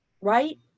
right